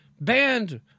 Banned